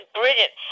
brilliant